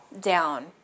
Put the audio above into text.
down